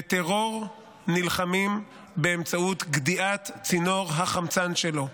בטרור נלחמים באמצעות גדיעת צינור החמצן שלו.